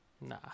Nah